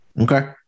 Okay